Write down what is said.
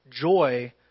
Joy